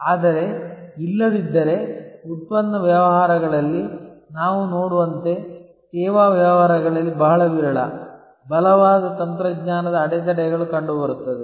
ಆದರೆ ಇಲ್ಲದಿದ್ದರೆ ಉತ್ಪನ್ನ ವ್ಯವಹಾರಗಳಲ್ಲಿ ನಾವು ನೋಡುವಂತೆ ಸೇವಾ ವ್ಯವಹಾರಗಳಲ್ಲಿ ಬಹಳ ವಿರಳ ಬಲವಾದ ತಂತ್ರಜ್ಞಾನದ ಅಡೆತಡೆಗಳು ಕಂಡುಬರುತ್ತವೆ